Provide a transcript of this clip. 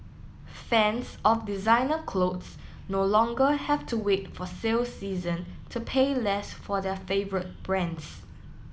fans of designer clothes no longer have to wait for sale season to pay less for their favourite brands